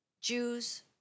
Jews